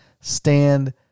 stand